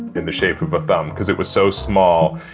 in the shape of a thumb cause it was so small.